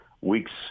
weeks